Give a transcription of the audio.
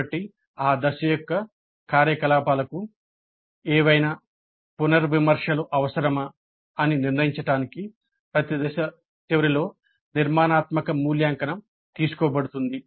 కాబట్టి ఆ దశ యొక్క కార్యకలాపాలకు ఏవైనా పునర్విమర్శ లు అవసరమా అని నిర్ణయించడానికి ప్రతి దశ చివరిలో నిర్మాణాత్మక మూల్యాంకనం తీసుకోబడుతుంది